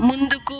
ముందుకు